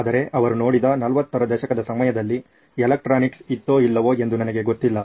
ಆದರೆ ಅವರು ನೋಡಿದ 40ರ ದಶಕದ ಸಮಯದಲ್ಲಿ ಎಲೆಕ್ಟ್ರಾನಿಕ್ಸ್ ಇತ್ತೋ ಇಲ್ಲವೋ ಎಂದು ನನಗೆ ಗೊತ್ತಿಲ್ಲ